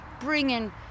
bringing